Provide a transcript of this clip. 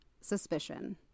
suspicion